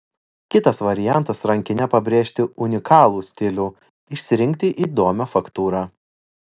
kitas variantas rankine pabrėžti unikalų stilių išsirinkti įdomią faktūrą